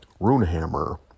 Runehammer